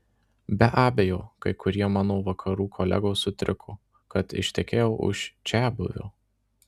be abejo kai kurie mano vakarų kolegos sutriko kad ištekėjau už čiabuvio